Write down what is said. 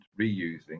reusing